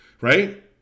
right